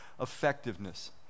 effectiveness